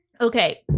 Okay